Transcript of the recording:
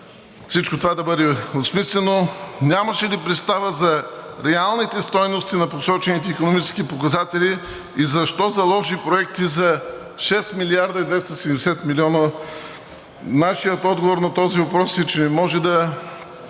всичко това да бъде осмислено. Нямаше ли представа за реалните стойности на посочените икономически показатели и защо заложи проекти за шест милиарда и двеста и седемдесет милиона? Нашият отговор на този въпрос е, че не може да